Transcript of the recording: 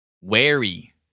Wary